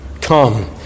come